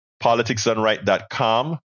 politicsdoneright.com